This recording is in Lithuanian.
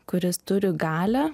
kuris turi galią